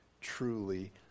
truly